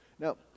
Now